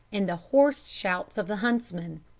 and the hoarse shouts of the huntsman.